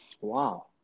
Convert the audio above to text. Wow